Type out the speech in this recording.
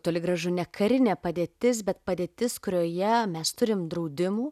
toli gražu ne karinė padėtis bet padėtis kurioje mes turim draudimų